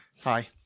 hi